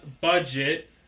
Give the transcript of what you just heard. budget